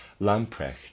Lamprecht